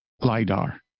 lidar